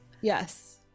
Yes